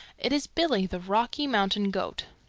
it is billy the rocky mountain goat.